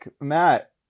Matt